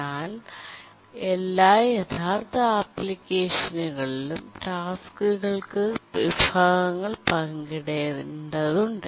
എന്നാൽ എല്ലാ യഥാർത്ഥ ആപ്ലിക്കേഷനുകളിലും ടാസ്ക്കുകൾക്ക് വിഭവങ്ങൾ പങ്കിടേണ്ടതുണ്ട്